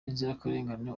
b’inzirakarengane